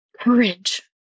Courage